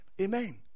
Amen